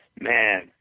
Man